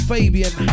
Fabian